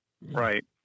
Right